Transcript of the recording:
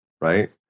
Right